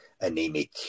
anemic